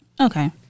okay